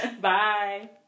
Bye